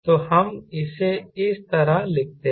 तो हम इसे इस तरह लिखते हैं